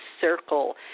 circle